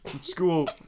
school